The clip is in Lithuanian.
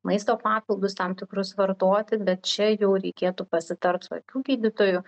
maisto papildus tam tikrus vartoti bet čia jau reikėtų pasitart su akių gydytoju